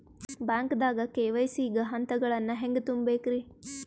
ಬ್ಯಾಂಕ್ದಾಗ ಕೆ.ವೈ.ಸಿ ಗ ಹಂತಗಳನ್ನ ಹೆಂಗ್ ತುಂಬೇಕ್ರಿ?